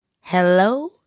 Hello